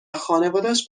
خانوادش